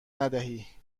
ندهی